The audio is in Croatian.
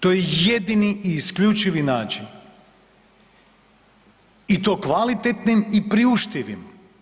To je jedini i isključivi način i to kvalitetnim i priuštivim.